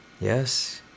Yes